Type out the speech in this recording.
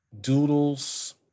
Doodles